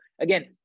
again